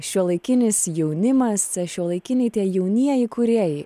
šiuolaikinis jaunimas šiuolaikiniai tie jaunieji kūrėjai